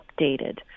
updated